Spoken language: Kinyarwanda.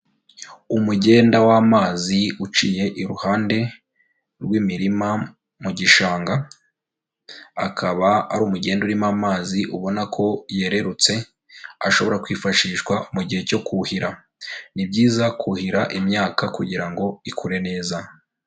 Umugenda w'amazi uciye iruhande rw'imirima mu gishanga, akaba ari umugende urimo amazi ubona ko yererutse ashobora kwifashishwa mu gihe cyo kuhira, ni byiza kuhira imyaka kugira ngo ikure neza.